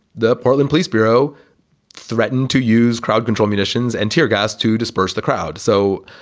the portland police bureau threatened to use crowd control, munitions and tear gas to disperse the crowd. so,